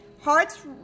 Hearts